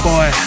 Boy